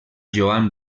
joan